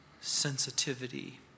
sensitivity